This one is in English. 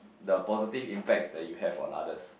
the positive impacts that you have on others